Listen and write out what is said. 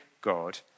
God